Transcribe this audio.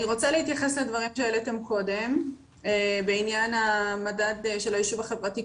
אני רוצה להתייחס לדברים שהעליתם קודם בעניין המדד החברתי-כלכלי